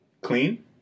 clean